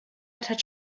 touch